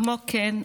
כמו כן,